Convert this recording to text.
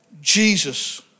Jesus